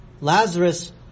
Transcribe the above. Lazarus